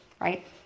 right